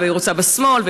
היא רוצה בשמאל,